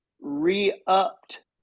re-upped